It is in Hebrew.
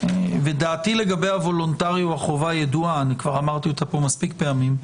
ודעתי לגבי הוולונטרי או החובה ידועה אמרתי אותה פה מספיק פעמים,